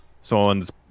someone's